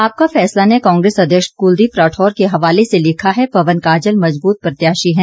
आपका फैसला ने कांग्रेस अध्यक्ष कुलदीप राठौर के हवाले से लिखा है पवन काजल मज़बूत प्रत्याशी हैं